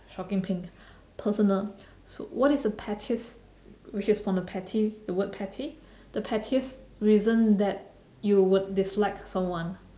shocking pink personal so what is the pettiest which is from the petty the word petty the pettiest reason that you would dislike someone